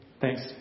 Thanks